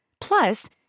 Plus